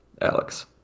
Alex